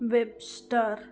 web star